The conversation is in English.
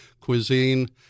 cuisine